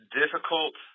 difficult